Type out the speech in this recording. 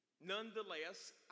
Nonetheless